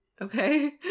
Okay